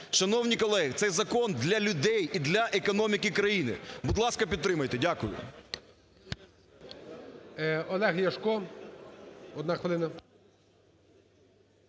Шановні колеги, цей закон для людей і для економіки країни. Будь ласка, підтримайте. Дякую.